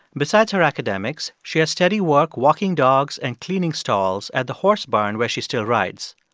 besides her academics, she has steady work walking dogs and cleaning stalls at the horse barn where she still rides.